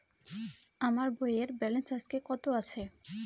আমার বইয়ের ব্যালেন্স আজকে কত আছে?